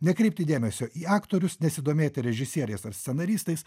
nekreipti dėmesio į aktorius nesidomėti režisieriais ir scenaristais